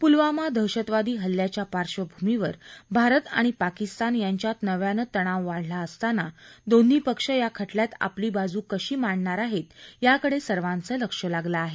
पुलवामा दहशतवादी हल्ल्याच्या पार्श्वभूमीवर भारत आणि पाकिस्तान यांच्यात नव्यानं तणाव वाढला असताना दोन्ही पक्ष या खटल्यात आपली बाजू कशी मांडणार आहेत याकडे सर्वांचं लक्ष लागलं आहे